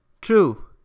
True